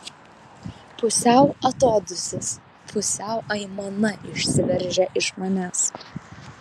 pusiau atodūsis pusiau aimana išsiveržia iš manęs